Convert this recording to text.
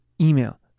email